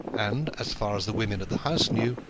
and, as far as the woman at the house knew,